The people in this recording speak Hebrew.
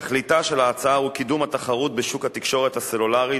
תכליתה של ההצעה היא קידום התחרות בשוק התקשורת הסלולרית